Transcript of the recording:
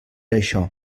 això